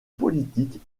politiques